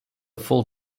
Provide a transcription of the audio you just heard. full